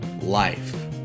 life